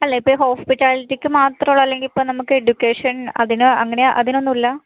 അല്ല ഇപ്പം ഈ ഹോസ്പിറ്റാലിറ്റിക്ക് മാത്രം ഉള്ളോ അല്ലെങ്കിൽ ഇപ്പം നമുക്ക് എഡ്യുക്കേഷൻ അതിനോ അങ്ങനെ അതിനൊന്നും ഇല്ല